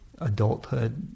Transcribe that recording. adulthood